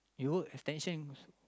you would extension